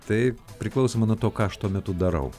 taip priklausoma nuo to ką aš tuo metu darau